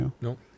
Nope